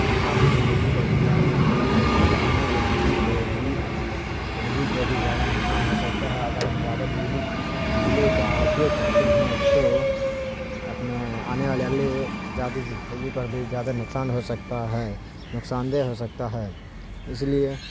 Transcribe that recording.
ذاتی زندگی پر ذاتی زندگی میں آنے والے پیڑھی کو بھی پیڑھی کو بھی زیادہ نقصان ہو سکتا ہے اگر ہم زیادہ بجلی بجلی کا اپیوگ کرتے ہیں تو اپنے آنے والے اگلے ذاتی زندگی پر بھی زیادہ نقصان ہو سکتا ہے نقصان دہ ہو سکتا ہے اس لیے